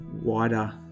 wider